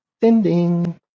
Sending